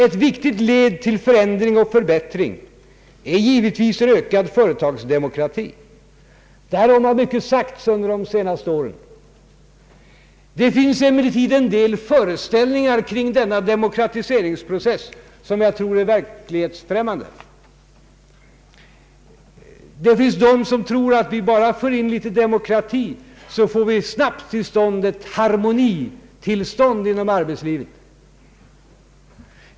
Ett viktigt steg till förändring och förbättring är givetvis ökad företagsdemokrati; därom har mycket sagts under de senaste åren. Det finns emellertid en del föreställningar kring denna demokratiseringsprocess som jag tror är verklighetsfrämmande. Det finns de som väntar att om vi bara för in litet demokrati, så får vi snabbt ett harmonitillstånd inom arbetslivet.